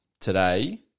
today